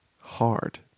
hard